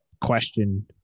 question